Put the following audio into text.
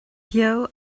beo